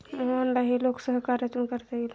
मोहनला हे लोकसहकार्यातून करता येईल